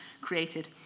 created